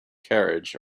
carriage